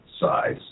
size